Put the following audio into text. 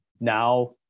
now